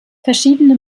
verschiedene